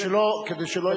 כדי שלא יחשבו שאדוני,